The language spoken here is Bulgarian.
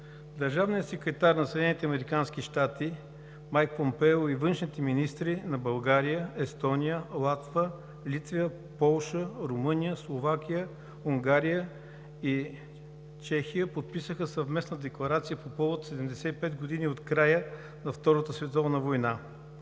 Държавният секретар на САЩ Майк Помпео и външните министри на България, Естония, Латвия, Литва, Полша, Румъния, Словакия, Унгария и Чехия подписаха съвместна Декларация по повод 75 години от края на Втората световна война.